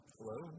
Hello